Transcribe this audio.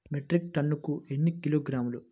Metric టన్నుకు ఎన్ని కిలోగ్రాములు?